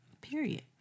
Period